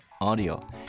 audio